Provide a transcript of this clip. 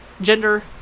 gender